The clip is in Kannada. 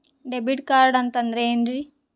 ಡೆಬಿಟ್ ಕಾರ್ಡ್ ಅಂತಂದ್ರೆ ಏನ್ರೀ?